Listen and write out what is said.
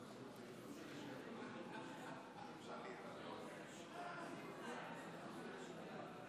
אני קובע